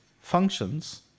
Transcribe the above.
functions